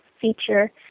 feature